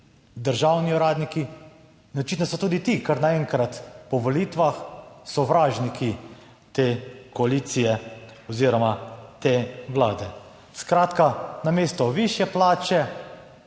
državni uradniki in očitno so tudi ti kar naenkrat po volitvah sovražniki te koalicije oziroma te vlade. Skratka namesto višje